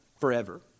forever